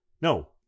No